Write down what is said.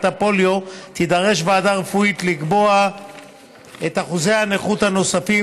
הפוליו תידרש ועדה רפואית לקבוע את אחוזי הנכות הנוספים,